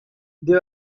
they